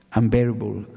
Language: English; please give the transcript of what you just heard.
unbearable